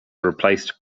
replaced